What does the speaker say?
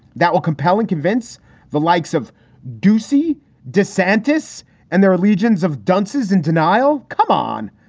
that will compelling convince the likes of deucy desantis and their legions of dunces in denial. come on,